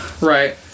Right